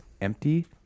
empty